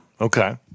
Okay